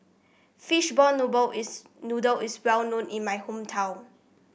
fishball is noodle is well known in my hometown